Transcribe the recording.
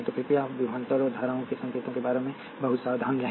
तो कृपया विभवांतर और धाराओं के संकेतों के बारे में बहुत सावधान रहें